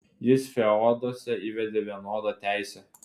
jis feoduose įvedė vienodą teisę